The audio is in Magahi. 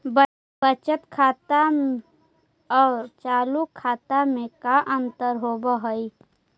बचत खाता और चालु खाता में का अंतर होव हइ?